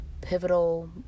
pivotal